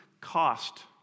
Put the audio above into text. cost